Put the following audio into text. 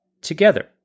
together